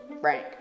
Frank